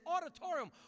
auditorium